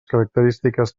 característiques